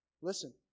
Listen